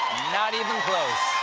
not even close.